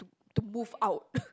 to move out